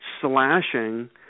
slashing